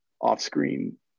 off-screen